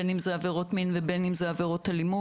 בין אם זה עבירות מין ובין אם זה עבירות אלימות.